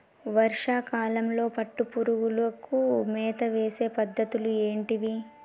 వర్షా కాలంలో పట్టు పురుగులకు మేత వేసే పద్ధతులు ఏంటివి?